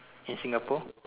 in Singapore